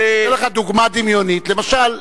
אתן לך דוגמה דמיונית: למשל,